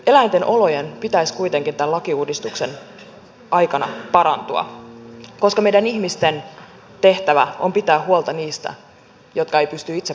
eläinten olojen pitäisi kuitenkin tämän lakiuudistuksen aikana parantua koska meidän ihmisten tehtävä on pitää huolta niistä jotka eivät pysty itse puolustamaan itseään